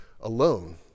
alone